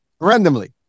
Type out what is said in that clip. randomly